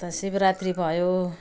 यता शिवरात्रि भयो